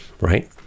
right